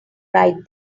right